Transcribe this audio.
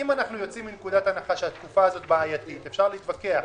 אם אנחנו יוצאים מנקודת הנחה שהתקופה הזאת בעייתית אפשר להתווכח,